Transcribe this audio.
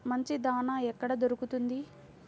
మంచి దాణా ఎక్కడ దొరుకుతుంది?